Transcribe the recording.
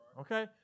Okay